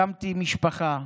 הקמתי משפחה.